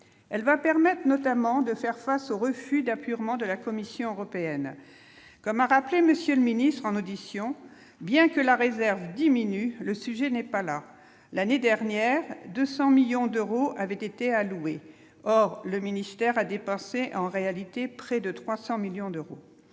elle va permettre notamment de faire face aux refus d'apurement de la Commission européenne comme a rappelé : Monsieur le ministre en audition, bien que la Réserve diminue, le sujet n'est pas là l'année dernière 200 millions d'euros avaient été alloués, or le ministère a dépassé en réalité près de 300 millions d'euros,